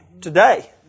today